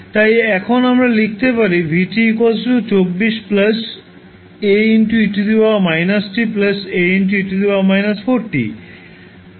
তাই এখন আমরা লিখতে পারি v 24 Ae−t A e−4t